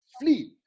flee